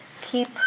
keep